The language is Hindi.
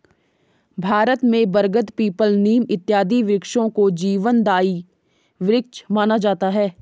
भारत में बरगद पीपल नीम इत्यादि वृक्षों को जीवनदायी वृक्ष माना जाता है